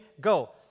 go